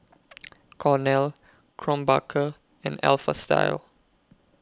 Cornell Krombacher and Alpha Style